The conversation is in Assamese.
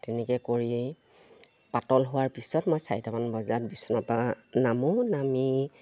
তেনেকে কৰিয়েই পাতল হোৱাৰ পিছত মই চাৰিটামান বজাত বিচনাৰ পৰা নামো নামি